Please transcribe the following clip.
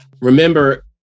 Remember